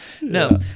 No